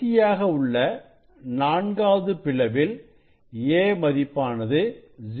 கடைசியாக உள்ள நான்காவது பிளவில் a மதிப்பானது 0